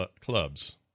clubs